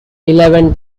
eleven